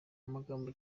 amagambo